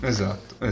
Esatto